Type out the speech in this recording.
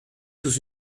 sous